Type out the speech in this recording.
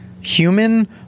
human